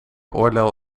oorlel